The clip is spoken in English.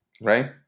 Right